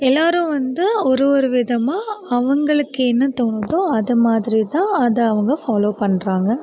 எல்லாரும் வந்து ஒரு ஒரு விதமாக அவங்களுக்கு என்ன தோணுதோ அதை மாதிரி தான் அதை அவங்க ஃபாலோ பண்ணுறாங்க